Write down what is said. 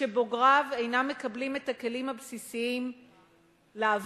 שבוגריו אינם מקבלים את הכלים הבסיסיים לעבוד,